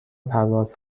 پرواز